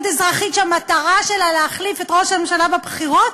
אזרחית שהמטרה שלה להחליף את ראש הממשלה בבחירות,